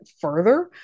further